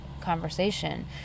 conversation